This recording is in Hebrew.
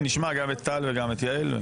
כן, נשמע גם את טל וגם את יעל.